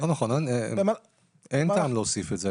לא נכון, אין טעם להוסיף את זה.